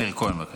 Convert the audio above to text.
מאיר כהן, בבקשה.